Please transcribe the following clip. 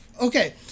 okay